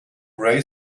gray